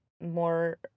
more